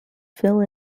fill